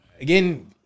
again